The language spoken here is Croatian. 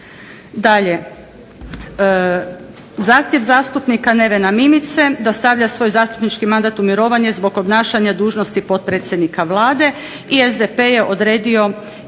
Dalje, zahtjev zastupnika Nevena Mimice da stavlja svoj zastupnički mandat u mirovanje zbog obnašanja dužnosti potpredsjednika Vlade. I SDP je odredio Ivanu